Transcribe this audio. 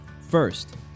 First